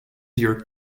your